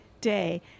day